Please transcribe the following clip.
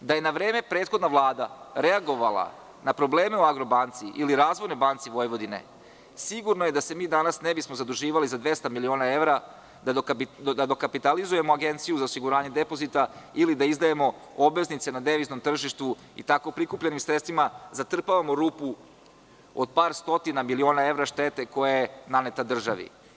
Da je prethodna Vlada reagovala na vreme na probleme u „Agrobanci“ ili u „Razvojnoj banci Vojvodine“, sigurno je da se danas ne bismo zaduživali za 200 miliona evra, da dokapitalizujemo Agenciju za osiguranje depozita ili da izdajemo obveznice na deviznom tržištu i tako prikupljenim sredstvima da zatrpavamo rupu od par stotina miliona evra štete koja je naneta državi.